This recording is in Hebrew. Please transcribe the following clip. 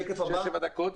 שבע דקות,